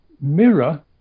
mirror